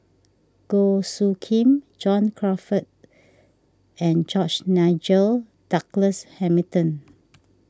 Goh Soo Khim John Crawfurd and George Nigel Douglas Hamilton